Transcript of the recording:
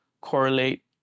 correlate